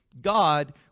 God